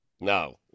No